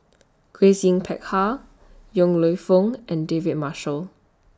Grace Yin Peck Ha Yong Lew Foong and David Marshall